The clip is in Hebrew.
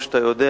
כפי שאתה יודע,